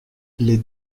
les